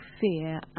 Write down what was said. fear